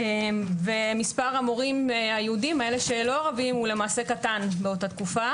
ומספר המורים היהודים ירד באותה תקופה.